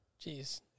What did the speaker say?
Jeez